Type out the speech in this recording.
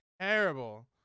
terrible